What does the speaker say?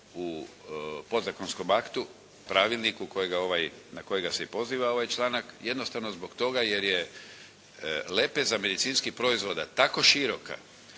u podzakonskom aktu, pravilniku na kojega se i poziva ovaj članak jednostavno zbog toga jer je lepeza medicinskih proizvoda tako široka